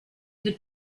the